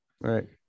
Right